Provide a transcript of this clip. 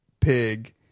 pig